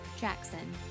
Jackson